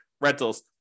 rentals